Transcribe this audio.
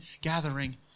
gathering